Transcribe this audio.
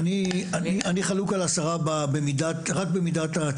אני לא רואה שיש כאן איזשהו ערך ברור שנותן לנו